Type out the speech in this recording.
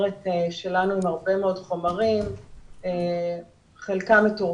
אירוע מסוים בישוב מסוים במשפחה מסוימת ואז אכן היועצת החינוכית מתערבת.